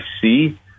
see